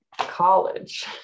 college